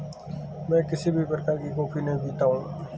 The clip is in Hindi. मैं किसी भी प्रकार की कॉफी नहीं पीता हूँ